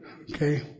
Okay